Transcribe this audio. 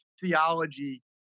theology